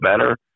better